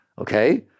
Okay